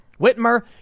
Whitmer